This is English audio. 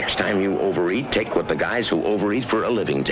next time you overeat take what the guys who over eat for a living